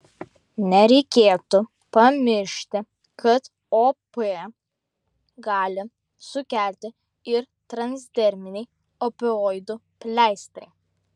nereikėtų pamiršti kad op gali sukelti ir transderminiai opioidų pleistrai